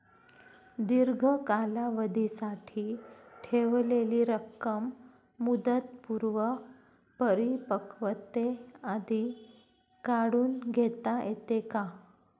दीर्घ कालावधीसाठी ठेवलेली रक्कम मुदतपूर्व परिपक्वतेआधी काढून घेता येते का?